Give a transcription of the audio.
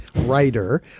writer